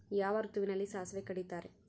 ಯಾವ ಋತುವಿನಲ್ಲಿ ಸಾಸಿವೆ ಕಡಿತಾರೆ?